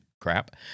crap